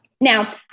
Now